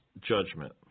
judgment